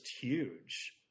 huge